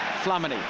Flamini